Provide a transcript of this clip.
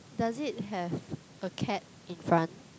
does it have a cat in front